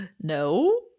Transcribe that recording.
No